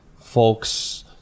folks